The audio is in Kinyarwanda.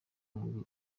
mugwi